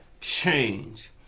change